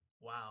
Wow